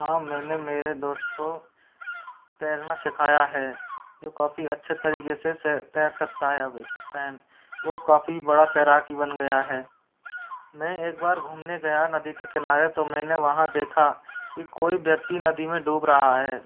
हाँ मैंने मेरे दोस्त को तैरना सिखाया है जो काफ़ी अच्छे तरीके से तैर सकता है अब इस टाइम वो काफ़ी बड़ा तैराकी बन गया है मैं एक बार घूमने गया नदी के किनारे तो मैंने वहाँ देखा कि कोई व्यक्ति नदी में डूब रहा है